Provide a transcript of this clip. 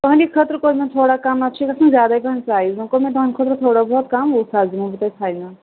تُہُندی خٲطرٕ کوٚر مےٚ تھوڑا کَم نَتہٕ چھُ یہِ گژھان زیادٕ پَہن سایز وۄنۍ کوٚر مےٚ تُہٕنٛدِ خٲطرٕ تھوڑا بہت کَم وُہ ساس دِمو بہٕ تۄہہِ فاینل